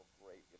great